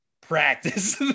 practice